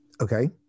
Okay